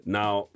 Now